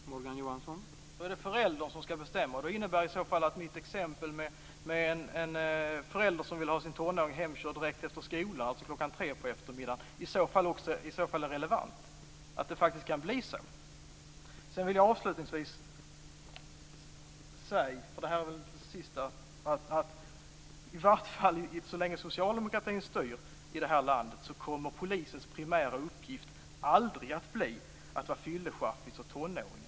Herr talman! Då är det alltså föräldern som skall bestämma. Det innebär i så fall att mitt exempel med en förälder som vill ha sin tonåring hemkörd direkt efter skolan, alltså klockan tre på eftermiddagen, är relevant och att det faktiskt kan bli så. Avslutningsvis vill jag säga att i vart fall så länge socialdemokratin styr i det här landet kommer polisens primära uppgift aldrig att bli att vara fyllechaffis åt tonåringar.